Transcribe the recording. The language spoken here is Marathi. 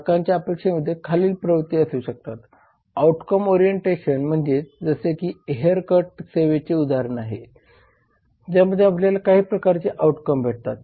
ग्राहकांच्या अपेक्षेमध्ये खालील प्रवृत्ती असू शकतात आउटकम ओरिएंटेशन म्हणजे जसे की हेयर कट सेवेचे उदाहरण आहे ज्यामधून आपल्याला काही प्रकारचे आउटकम भेटतात